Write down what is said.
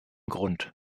grund